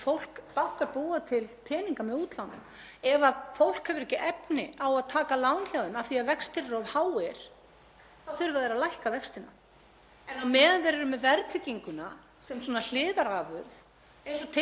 En á meðan þeir eru með verðtrygginguna sem svona hliðarafurð — ef við bara tökum ástandið sem er núna þá væri ekkert hægt að hafa svona hátt vaxtastig ef ekki væri verðtryggingin.